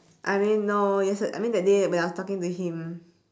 I mean no yes I mean that day when I was talking to him